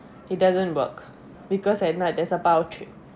it doesn't work because at night that's about